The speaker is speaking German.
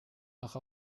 noch